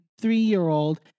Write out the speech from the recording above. three-year-old